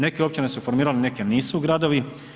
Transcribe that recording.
Neke općine su formirale, neke nisu gradovi.